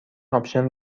آپشن